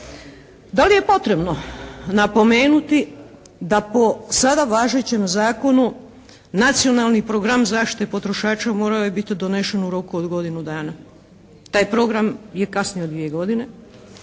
Da li je potrebno napomenuti da po sada važećem zakonu Nacionalni program zaštite potrošača morao je biti donesen u roku od godinu dana. Taj program je kasnio dvije godine